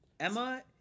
Emma